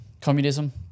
communism